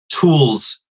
tools